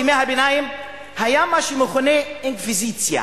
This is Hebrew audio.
בימי הביניים היה מה שמכונה אינקוויזיציה.